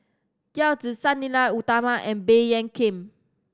Yao Zi Sang Nila Utama and Baey Yam Keng